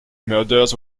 murders